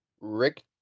Rick